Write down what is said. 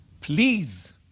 please